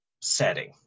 setting